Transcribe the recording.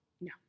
No